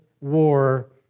war